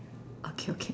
okay okay